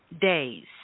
days